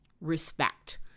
respect